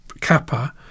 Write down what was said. Kappa